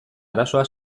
arazoa